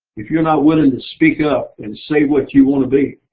if you're not willing to speak up and say what you want to be